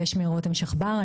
שמי רותם שחבר,